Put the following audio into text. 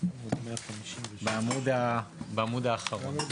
בעמוד האחרון.